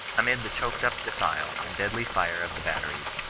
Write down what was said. amid the choked-up defile and deadly fire of the bat teries,